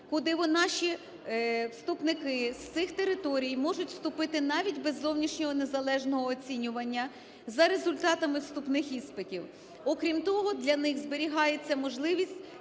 куди наші вступники з цих територій можуть вступити навіть без зовнішнього незалежного оцінювання за результатами вступних іспитів. Окрім того, для них зберігається можливість